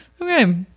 okay